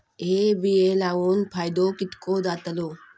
हे बिये लाऊन फायदो कितको जातलो?